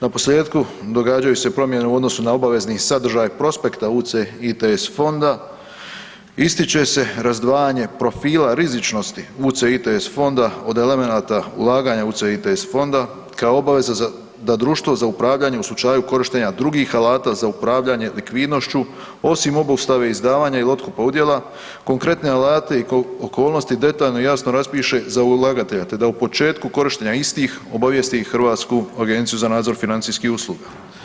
Na posljetku, događaju se promjene u odnosu na obavezni sadržaj prospekta UCITS fonda, ističe se razdvajanje profila rizičnost UCITS fonda od elemenata ulaganja UCITS fonda kao obaveza da društvo za upravljanje u slučaju korištenja drugih alata za upravljanje likvidnošću osim obustave izdavanja ili otkupa udjela konkretne alate i okolnosti detaljno jasno raspiše za ulagatelja te da u početku korištenja istih obavijesti i Hrvatsku agenciju za nadzor financijskih usluga.